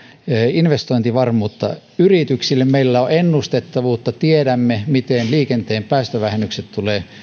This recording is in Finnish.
investointivarmuutta yrityksille meillä on ennustettavuutta tiedämme miten liikenteen päästövähennykset tulevat